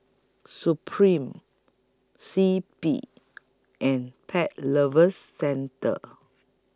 Supreme C P and Pet Lovers Centre